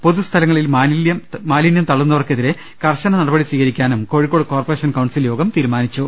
പൊതുസ്ഥല ങ്ങളിൽ മാലിന്യം തള്ളുന്നവർക്കെതിരെ കർശന നടപടി സ്വീകരിക്കാനും കോഴി ക്കോട് കോർപറേഷൻ കൌൺസിൽ യോഗം തീരുമാനിച്ചു